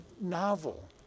novel